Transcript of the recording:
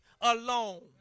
alone